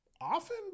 often